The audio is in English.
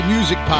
Music